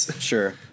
Sure